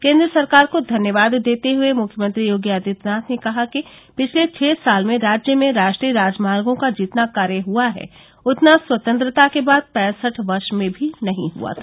केन्द्र सरकार को धन्यवाद देते हुए मुख्यमंत्री योगी आदित्यनाथ ने कहा कि पिछले छह साल में राज्य में राष्ट्रीय राजमार्गों का जितना कार्य हुआ है उतना स्वतंत्रता के बाद पैंसठ वर्ष में भी नही हुआ था